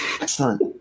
Excellent